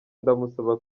ndamusaba